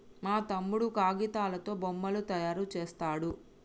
మా తమ్ముడు కాగితాలతో బొమ్మలు తయారు చేస్తాడు